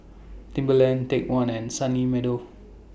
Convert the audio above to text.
Timberland Take one and Sunny Meadow